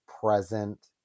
present